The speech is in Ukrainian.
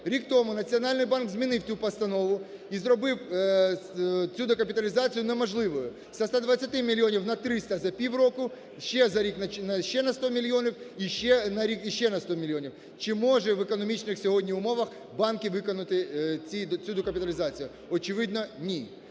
рік тому Національний банк змінив цю постанову і зробив цю докапіталізацію неможливою: зі 120 мільйонів на 300 за півроку, ще за рік ще на 100 мільйонів і ще на рік іще на 100 мільйонів. Чи можуть в економічних сьогодні умовах банки виконати цю докапіталізацію? Очевидно, ні.